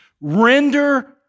render